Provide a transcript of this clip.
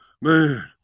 man